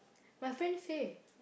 my friend say